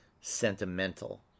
Sentimental